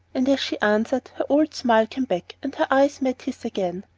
and as she answered, her old smile came back and her eyes met his again.